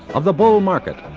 of the bull market,